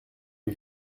mes